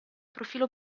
profilo